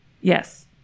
Yes